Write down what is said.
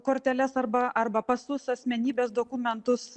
korteles arba arba pasus asmenybės dokumentus